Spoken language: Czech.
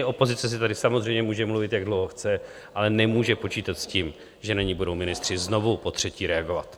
Opozice si tady samozřejmě může mluvit, jak dlouho chce, ale nemůže počítat s tím, že na ni budou ministři znovu, potřetí, reagovat.